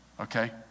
Okay